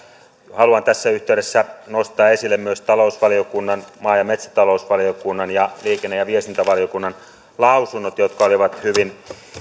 haluan tässä yhteydessä nostaa esille myös talousvaliokunnan maa ja metsätalousvaliokunnan ja liikenne ja viestintävaliokunnan lausunnot jotka olivat hyvin